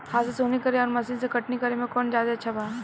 हाथ से सोहनी करे आउर मशीन से कटनी करे मे कौन जादे अच्छा बा?